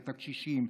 את הקשישים,